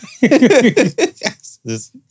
Yes